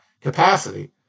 capacity